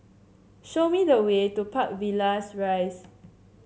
show me the way to Park Villas Rise